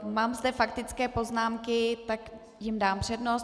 Mám zde faktické poznámky, dám jim přednost.